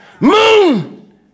Moon